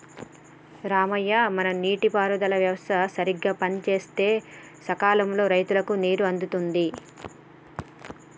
రంగయ్య మన నీటి పారుదల వ్యవస్థ సరిగ్గా పనిసేస్తే సకాలంలో రైతులకు నీరు అందుతుంది